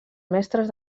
mestres